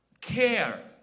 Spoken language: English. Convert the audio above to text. care